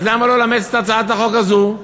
אז למה לא לאמץ את הצעת החוק הזאת?